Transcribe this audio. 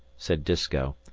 said disko.